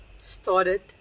started